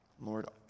Lord